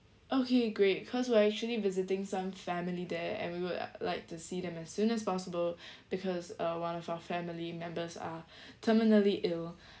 okay great cause we are actually visiting some family there and we would like to see them as soon as possible because uh one of our family members are terminally ill